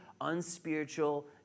unspiritual